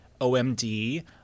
omd